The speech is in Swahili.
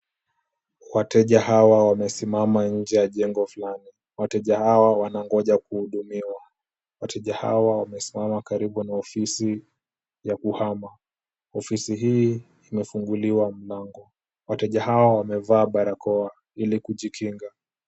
Wateja hawa wamesimama nje ya jengo fulani. Wateja hawa wanangoja kuhudumiwa. Wateja hawa wamesimama karibu na ofisi ya kuhama. Ofisi hii imefunguliwa mlango. Wateja hawa wamevaa barakoa ili kujikinga.